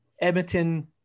Edmonton